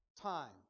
time